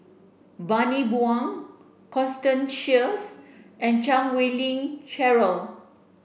Bani Buang Constance Sheares and Chan Wei Ling Cheryl